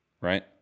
Right